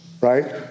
right